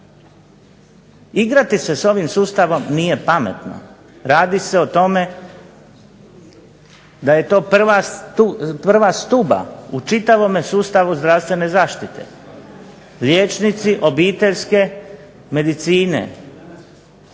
Igrati se s ovim sustavom nije pametno, radi se o tome da je to prva stuba u čitavome sustavu zdravstvene zaštite. Liječnici obiteljske medicine